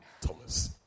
Thomas